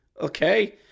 okay